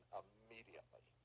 immediately